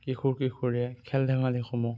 কিশোৰ কিশোৰীয়ে খেল ধেমালিসমূহ